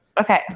Okay